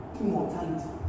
immortality